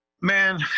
Man